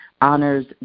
honors